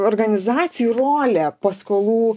organizacijų rolė paskolų